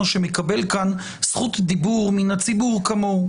שמקבל כאן זכות דיבור מן הציבור כמוהו.